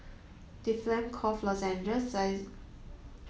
Difflam Cough Lozenges Xyzal